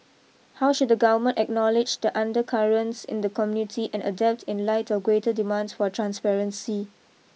how should the government acknowledge the undercurrents in the community and adapt in light of greater demands for transparency